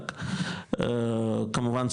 כמובן,